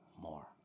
more